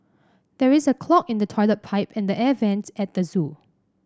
there is a clog in the toilet pipe and the air vents at the zoo